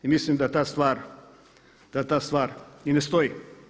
I mislim da ta stvar i ne stoji.